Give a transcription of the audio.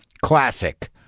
classic